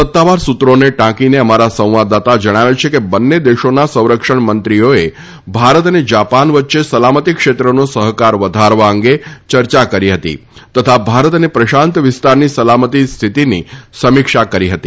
સત્તાવાર સૂત્રોને ટાંકીને અમારા સંવાદદાતા જણાવે છે કે બંને દેશોના સંરક્ષણ મંત્રીઓએ ભારત અને જાપાન વચ્ચે સલામતી ક્ષેત્રનો સહકાર વધારવા અંગે ચર્ચા કરી હતી તથા ભારત અને પ્રશાંત વિસ્તારની સલામતીની સ્થિતિની સમીક્ષા કરી હતી